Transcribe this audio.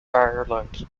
ireland